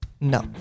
no